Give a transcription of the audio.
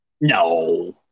No